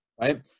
right